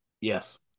Yes